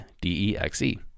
D-E-X-E